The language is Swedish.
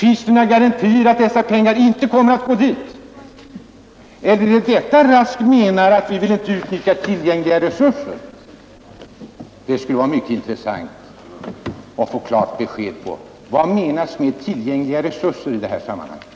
Finns det några garantier för att dessa pengar inte kommer att gå dit? Eller är det detta herr Rask menar att vi inte vill utnyttja tillgängliga resurser för? Det skulle vara mycket intressant att få klart besked: Vad menas med tillgängliga resurser i det här sammanhanget?